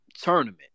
tournament